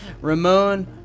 Ramon